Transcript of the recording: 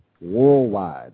worldwide